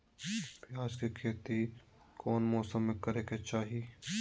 प्याज के खेती कौन मौसम में करे के चाही?